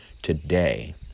today